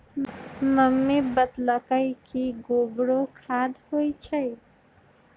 mummy बतअलई कि गोबरो खाद होई छई